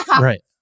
right